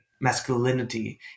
masculinity